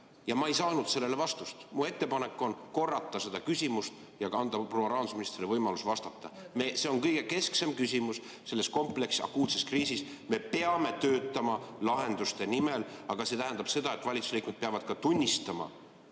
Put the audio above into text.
Ja ma ei saanud sellele vastust. Mu ettepanek on korrata seda küsimust ja anda proua rahandusministrile võimaluse vastata. See on kõige kesksem küsimus selles kompleksses akuutses kriisis. Me peame töötama lahenduste nimel, aga see tähendab seda, et valitsuse liikmed peavad ka tunnistama